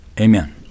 Amen